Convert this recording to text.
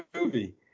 movie